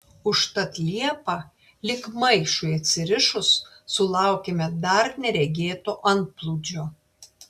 užtat liepą lyg maišui atsirišus sulaukėme dar neregėto antplūdžio